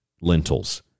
lentils